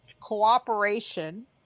cooperation